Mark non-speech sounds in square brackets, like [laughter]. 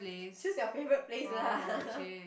choose your favourite place lah [laughs]